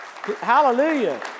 Hallelujah